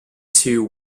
too